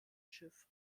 schiff